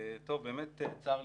באמת צר לי,